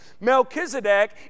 Melchizedek